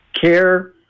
care